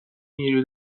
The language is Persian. نیروی